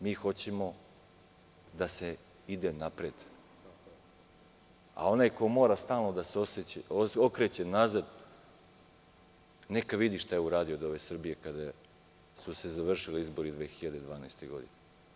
Mi hoćemo da se ide napred, a onaj ko mora da se stalno okreće nazad neka vidi šta je uradio od ove Srbije kada su se završili izbori 2012. godine.